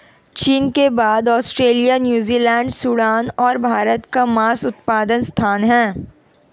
चीन के बाद ऑस्ट्रेलिया, न्यूजीलैंड, सूडान और भारत का मांस उत्पादन स्थान है